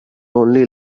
only